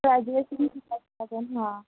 graduation करावं लागंल हां